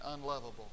unlovable